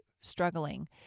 struggling